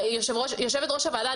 יושבת ראש הוועדה,